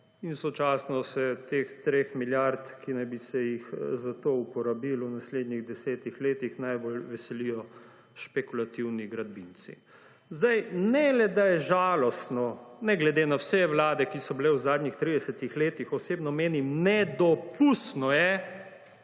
In sočasno se teh 3 milijard, ki naj bi se jih za to uporabilo v naslednjih desetih letih, najbolj veselijo špekulativni gradbinci. Ne le, da je žalostno, ne glede na vse vlade, ki so bile v zadnjih 30 letih, osebno menim, nedopustno je,